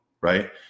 Right